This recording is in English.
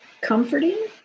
comforting